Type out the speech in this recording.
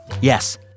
Yes